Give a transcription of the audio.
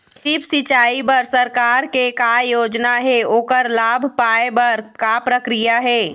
Drip सिचाई बर सरकार के का योजना हे ओकर लाभ पाय बर का प्रक्रिया हे?